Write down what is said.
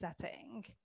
setting